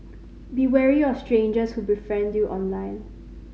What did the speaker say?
be wary of strangers who befriend you online